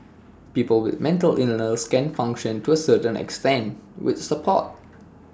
people with mental illness can function to A certain extent with support